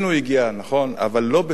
אבל לא בתוקף זה אני נמצא כאן.